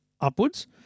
upwards